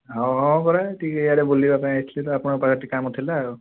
ହଁ ହଁ ପରା ଟିକିଏ ଇୟାଡ଼େ ବୁଲିବା ପାଇଁ ଆସିଥିଲି ତ ଆପଣଙ୍କ ପାଖରେ ଟିକିଏ କାମ ଥିଲା ଆଉ